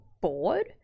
bored